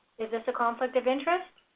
is this a conflict of interest?